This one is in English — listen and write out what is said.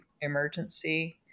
emergency